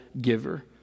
giver